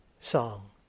song